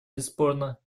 бесспорно